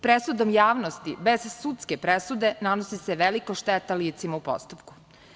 Presudom javnosti bez sudske presude nanosi se velika šteta licima u postupku.